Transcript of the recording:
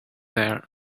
there